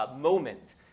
moment